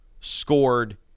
scored